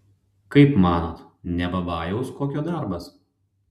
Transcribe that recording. kaip manot ne babajaus kokio darbas